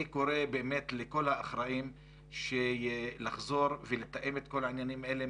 אני קורא באמת לכל האחראים לחזור ולתאם את כל העניינים האלה עם